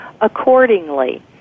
accordingly